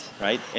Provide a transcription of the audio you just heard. Right